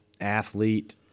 athlete